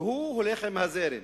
והוא הולך עם הזרם,